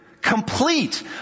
Complete